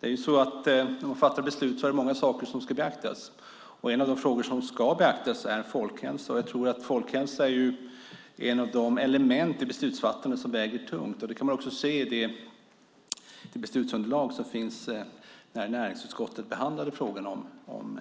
Fru talman! För att man ska kunna fatta beslut är det många saker som ska beaktas. En av de frågor som ska beaktas är folkhälsa. Jag tror att folkhälsa är ett av de element i beslutsfattandet som väger tungt. Det kan man också se i det beslutsunderlag som fanns när näringsutskottet behandlade frågorna om